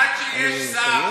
עד שיש שר